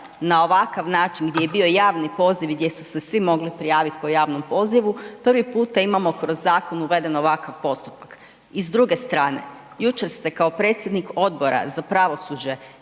na ovakav način gdje je bio javni poziv i gdje su se svi mogli prijaviti po javnom pozivu, prvi puta imamo kroz zakon uveden ovakav postupak. I s druge strane, jučer ste kao predsjednik Odbora za pravosuđe